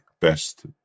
best